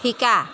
শিকা